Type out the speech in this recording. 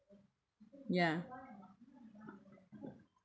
ya